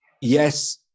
yes